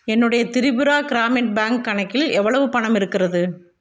என்னுடைய திரிபுரா கிராமின் பேங்க் கணக்கில் எவ்வளவு பணம் இருக்கிறது